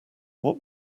what